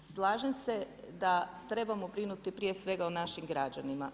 Slažem se da trebamo brinuti prije svega o našim građanima.